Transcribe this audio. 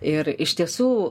ir iš tiesų